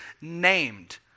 named